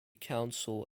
council